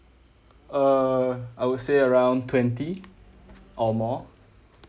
err I would say around twenty or more